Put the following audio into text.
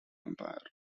empire